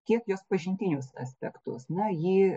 kiek jos pažintinius aspektus na ji